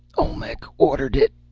olmec ordered it!